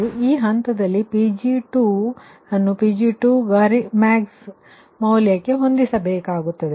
ಆದ್ದರಿಂದ ಈ ಹಂತದಲ್ಲಿ Pg2ಅನ್ನುPg2max ಮೌಲ್ಯಕೆ ಹೊಂದಿಸಬೇಕಾಗುತ್ತದೆ